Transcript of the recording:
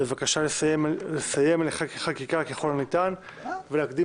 בבקשה לסיים חקיקה ככל הניתן ולהקדים